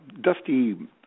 Dusty